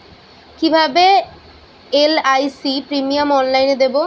কিভাবে LIC premium অনলাইনে দেবো?